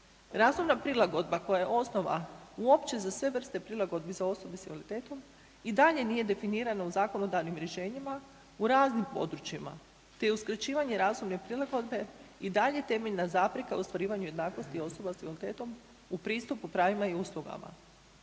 Razumna prilagodba koja je osnovna uopće za sve vrste prilagodbi za osobe s invaliditetom i dalje nije definirana u zakonodavnim rješenjima u raznim područjima te uskraćivanje razumne prilagodbe i dalje je temeljna zapreka u ostvarivanju jednakosti osoba s invaliditetom u pristupu pravima i uslugama.